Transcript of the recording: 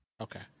Okay